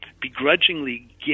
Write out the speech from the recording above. begrudgingly